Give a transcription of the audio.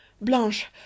Blanche